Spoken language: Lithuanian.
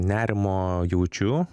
nerimo jaučiu